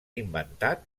inventat